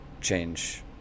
change